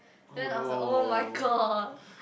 then I was like oh-my-god